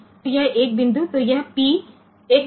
તો આ 1 બિંદુ છે આ P 1